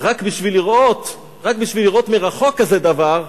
רק בשביל לראות מרחוק כזה דבר,